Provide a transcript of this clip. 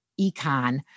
econ